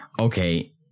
okay